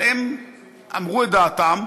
אבל הם אמרו את דעתם,